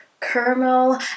caramel